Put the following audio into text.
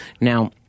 Now